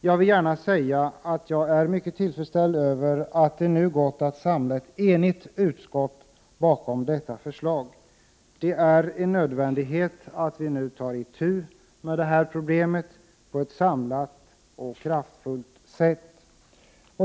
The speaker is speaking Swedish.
Jag vill gärna säga att jag är mycket tillfredsställd över att det nu gått att samla ett enigt utskott bakom detta förslag. Det är en nödvändighet att vi nu tar itu med detta problem på ett samlat och kraftfullt sätt.